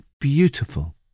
beautiful